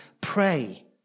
pray